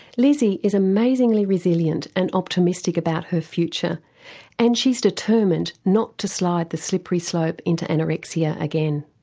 lizzy is amazingly resilient and optimistic about her future and she's determined not to slide the slippery slope into anorexia again.